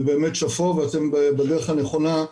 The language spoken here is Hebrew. ובאמת שאפו ואתם בדרך הנכונה.